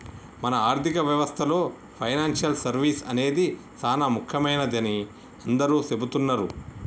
మన ఆర్థిక వ్యవస్థలో పెనాన్సియల్ సర్వీస్ అనేది సానా ముఖ్యమైనదని అందరూ సెబుతున్నారు